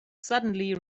suddenly